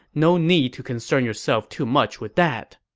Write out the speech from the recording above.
no need to concern yourself too much with that.